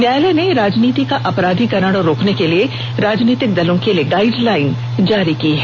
न्यायालय ने राजनीति का अपराधीकरण रोकने के लिए राजनीतिक दलों के लिए गाईडलाईन जारी की है